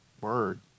word